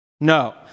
No